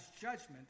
judgment